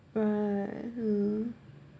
right ha